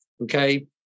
Okay